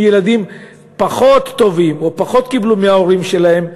הם ילדים פחות טובים או פחות קיבלו מההורים שלהם,